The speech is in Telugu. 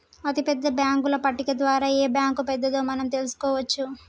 అతిపెద్ద బ్యేంకుల పట్టిక ద్వారా ఏ బ్యాంక్ పెద్దదో మనం తెలుసుకోవచ్చు